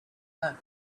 home